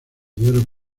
hierro